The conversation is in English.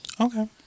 Okay